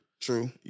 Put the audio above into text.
True